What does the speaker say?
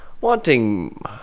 wanting